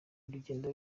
urugendo